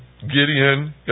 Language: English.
Gideon